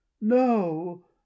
NO